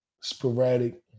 sporadic